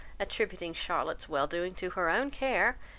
attributing charlotte's well doing to her own care,